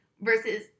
Versus